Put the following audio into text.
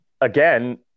again